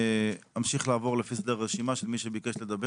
ברשותכם, אני הולך לפי סדר הבקשות לדיבור.